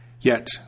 Yet